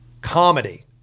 comedy